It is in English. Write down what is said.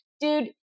dude